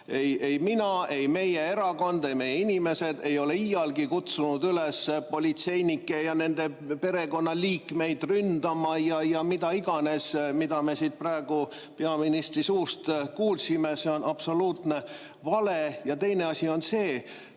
Ei mina, ei meie erakond, ei meie inimesed ei ole iialgi kutsunud üles politseinikke ja nende perekonnaliikmeid ründama või mida iganes, mida me siin praegu peaministri suust kuulsime. See on absoluutne vale. Teine asi on see.